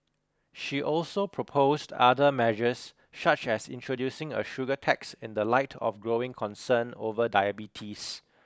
she also proposed other measures such as introducing a sugar tax in the light of growing concern over diabetes